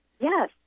yes